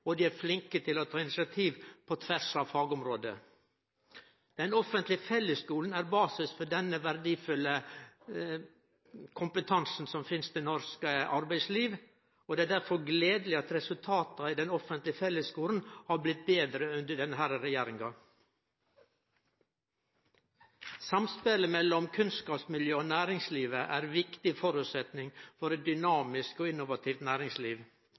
og dei er flinke til å ta initiativ på tvers av fagområde. Den offentlege fellesskulen er basisen for denne verdifulle kompetansen som finst i norsk arbeidsliv, og det er derfor gledeleg at resultata i den offentlege fellesskulen har blitt betre under denne regjeringa. Samspelet mellom kunnskapsmiljø og næringslivet er ein viktig føresetnad for eit dynamisk og innovativt næringsliv.